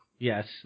Yes